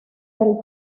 del